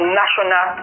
national